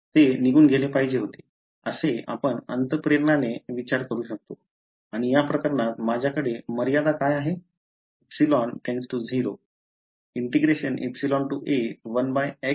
ते निघून गेले पाहिजे होते असे आपण अंतःप्रेरणाने विचार करू शकतो आणि या प्रकरणात माझ्याकडे मर्यादा काय आहे ठीक